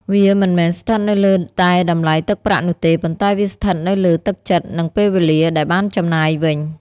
វាមិនមែនស្ថិតនៅលើតែតម្លៃទឹកប្រាក់នោះទេ ប៉ុន្តែវាស្ថិតនៅលើ «ទឹកចិត្ត» និង «ពេលវេលា» ដែលបានចំណាយវិញ។